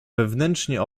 wewnętrznie